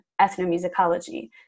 ethnomusicology